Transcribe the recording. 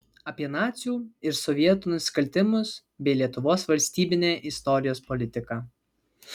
apie nacių ir sovietų nusikaltimus bei lietuvos valstybinę istorijos politiką